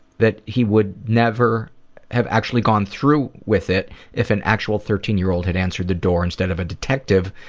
that he would never have actually gone through with it if an actual thirteen year old had answered the door instead of a detective,